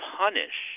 punish